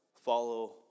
follow